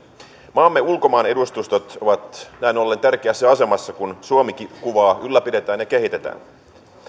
maamme ulkomaanedustustot ovat näin ollen tärkeässä asemassa kun suomi kuvaa ylläpidetään ja kehitetään